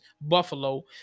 Buffalo